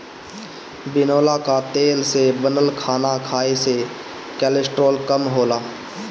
बिनौला कअ तेल से बनल खाना खाए से कोलेस्ट्राल कम होला